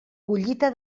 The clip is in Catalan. collita